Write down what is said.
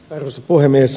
arvoisa puhemies